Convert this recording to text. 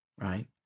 right